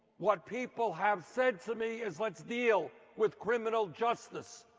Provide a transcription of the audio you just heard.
what people have said to me is what's deal with criminal justice.